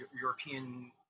European